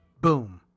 Boom